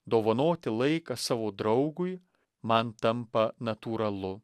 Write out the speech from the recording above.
dovanoti laiką savo draugui man tampa natūralu